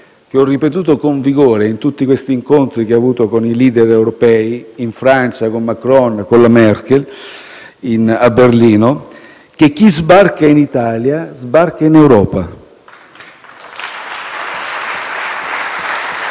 - l'ho ripetuto con vigore in tutti gli incontri che ho avuto con i *leader* europei, in Francia con Macron e a Berlino con la Merkel - che chi sbarca in Italia sbarca in Europa. *(Applausi